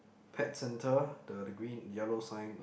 pet centre the degree yellow sign